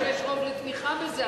יש רוב לתמיכה בזה,